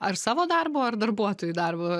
ar savo darbu ar darbuotojų darbu